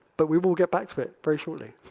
but we will get back to it very shortly.